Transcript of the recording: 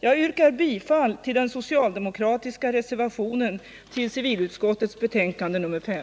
Jag yrkar bifall till den socialdemokratiska reservationen till civilutskottets betänkande nr 5.